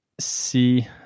see